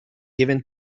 given